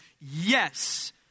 Yes